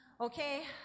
Okay